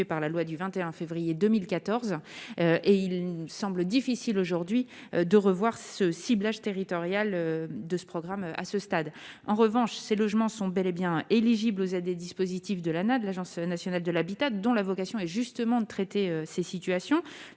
par la loi du 21 février 2014 et il semble difficile aujourd'hui de revoir ce ciblage de ce programme, à ce stade, en revanche, ces logements sont bel et bien éligible aux aides des dispositifs de l'Lana de l'Agence nationale de l'habitat dont la vocation est justement de traiter ces situations,